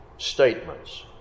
Statements